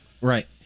Right